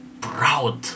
proud